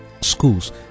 schools